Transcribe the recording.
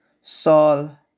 Saul